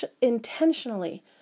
intentionally